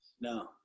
No